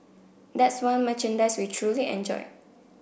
that's one merchandise we truly enjoyed